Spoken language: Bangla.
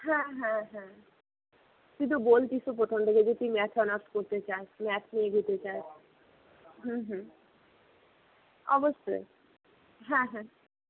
হ্যাঁ হ্যাঁ হ্যাঁ তুই তো বলছিস তো প্রথম থেকেই যে তুই ম্যাথ অনার্স পড়তে চাস ম্যাথ নিয়েই এগোতে চাস হুম হুম অবশ্যই হ্যাঁ হ্যাঁ